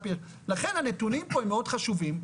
לכן הנתונים פה הם מאוד חשובים,